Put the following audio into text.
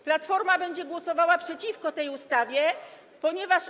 Platforma będzie głosowała przeciwko tej ustawie, ponieważ.